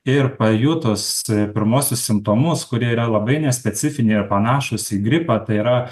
ir pajutus pirmuosius simptomus kurie yra labai nespecifiniai ir panašūs į gripą tai yra